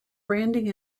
branding